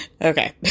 okay